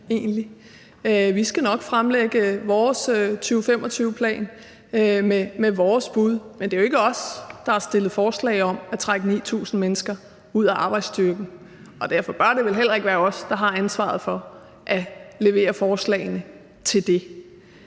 Vi skal nok fremlægge vores 2025-plan med vores bud, men det er jo ikke os, der har stillet forslag om at trække 9.000 mennesker ud af arbejdsstyrken, og derfor bør det vel heller ikke være os, der har ansvaret for at levere forslagene til det.